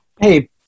Hey